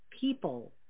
people